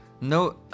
No